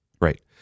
right